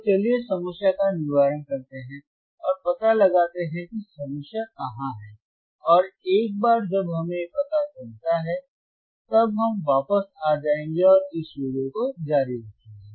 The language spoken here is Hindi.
तो चलिए समस्या का निवारण करते हैं और पता लगाते हैं कि समस्या कहाँ है और एक बार जब हमें पता चलता है तब हम वापस आ जाएंगे और इस वीडियो को जारी रखेंगे